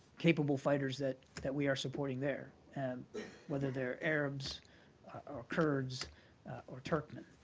capable fighters that that we are supporting there, and whether they're arabs or kurds or turkoman.